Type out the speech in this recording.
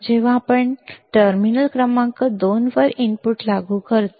जेव्हा जेव्हा आपण टर्मिनल क्रमांक दोनवर इनपुट लागू करतो